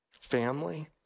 family